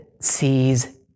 sees